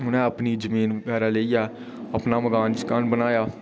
उ'नें अपनी जमीन बगैरा लेइयै अपना मकान शकान बनाया